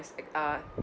ex~ uh